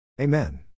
Amen